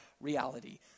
reality